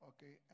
Okay